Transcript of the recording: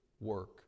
work